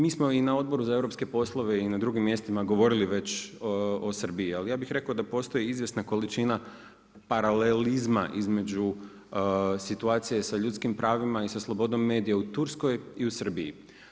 Mi smo i na Odboru za europske poslove i na drugim mjestima govorili već o Srbiji ali ja bi rekao da postoji izvjesna količina paralelizma između situacije sa ljudskim pravima i sa slobodom medija u Turskoj i u Srbiji.